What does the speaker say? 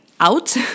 out